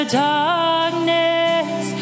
darkness